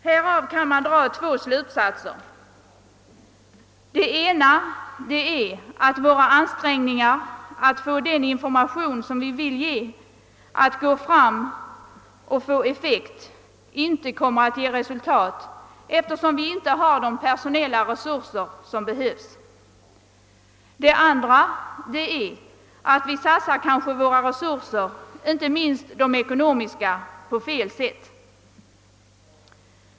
Härav kan man dra två slutsatser. Den ena är att våra ansträngningar att få den information vi vill ge att gå fram och få effekt inte kommer att ge resultat, eftersom vi inte har de personella resurser som behövs. Den andra är att vi kanske satsar våra resurser, inte minst de ekonomiska, på ett felaktigt sätt.